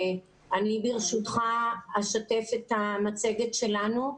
ברשותך, אני אשתף את המצגת שלנו.